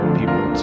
people